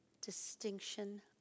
distinction